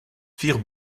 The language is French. firent